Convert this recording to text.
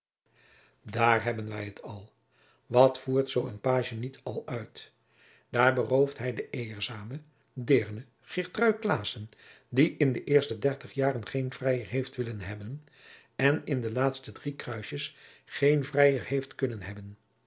daar hebben wij t al wat voert zoo een pagie niet al uit daar berooft hij de eerzame deerne geertrui claassen die in de eerste dertig jaren geen vrijer heeft willen hebben en in de laatste drie kruisjens geen vrijer heeft kunnen hebben